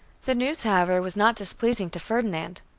the news, however, was not displeasing to ferdinand.